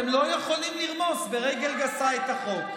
אתם לא יכולים לרמוס ברגל גסה את החוק.